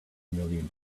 million